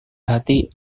hati